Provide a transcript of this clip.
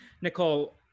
nicole